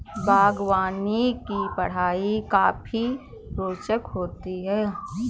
बागवानी की पढ़ाई काफी रोचक होती है